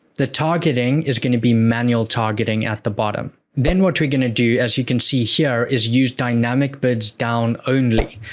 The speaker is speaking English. the targeting is gonna be manual targeting at the bottom. then what are we gonna do as you can see here, is used dynamic bids-down only,